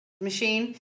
machine